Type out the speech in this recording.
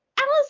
alice